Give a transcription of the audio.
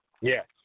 Yes